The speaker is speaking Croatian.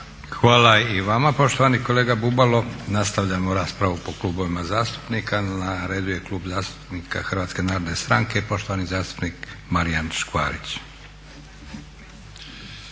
Hvala i vama poštovani kolega Bubalo. Nastavljamo raspravu po klubovima zastupnika. Na redu je Klub zastupnika Hrvatske narodne stranke i poštovani zastupnik Marijan Škvarić.